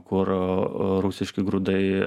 kur rusiški grūdai